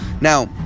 now